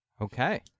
okay